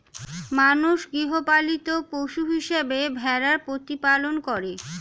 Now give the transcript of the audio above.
মানুষ গৃহপালিত পশু হিসেবে ভেড়ার প্রতিপালন করে